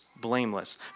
blameless